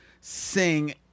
sing